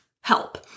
help